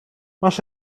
masz